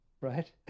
right